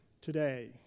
today